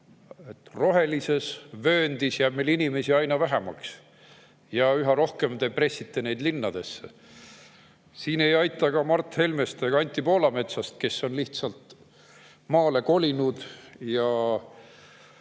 Rohelises vööndis jääb meil inimesi aina vähemaks, üha rohkem pressitakse neid linnadesse. Siin ei aita ka Mart Helmest ega Anti Poolametsast, kes on maale kolinud ja